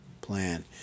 plan